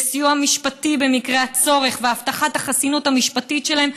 וסיוע משפטי במקרה הצורך והבטחת החסינות המשפטית שלהם,